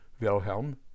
Wilhelm